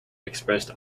expressed